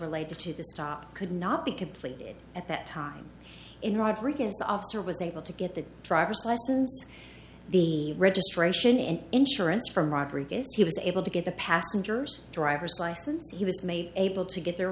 related to the stop could not be completed at that time in rodriguez the officer was able to get the driver's license the registration and insurance from rodriguez he was able to get the passengers driver's license he was made able to get their